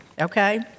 okay